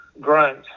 grunt